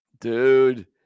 dude